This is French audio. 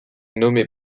nommé